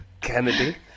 Kennedy